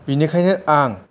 बेनिखायनो आं